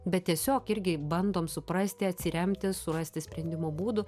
bet tiesiog irgi bandom suprasti atsiremti surasti sprendimo būdų